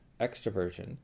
extroversion